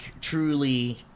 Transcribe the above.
truly